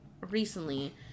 recently